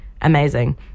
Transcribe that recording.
amazing